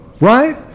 Right